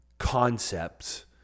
concepts